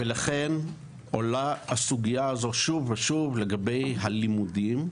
לכן עולה שוב ושוב הסוגיה הזו לגבי הלימודים: